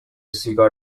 سیگار